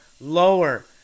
lower